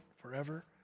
forever